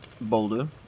boulder